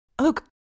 Look